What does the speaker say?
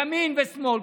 ימין ושמאל,